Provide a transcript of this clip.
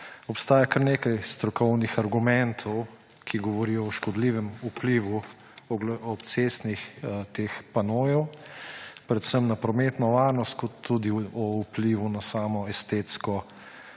Obstaja kar nekaj strokovnih argumentov, ki govorijo o škodljivem vplivu teh obcestnih panojev, predvsem na prometno varnost, kot tudi o vplivu na estetski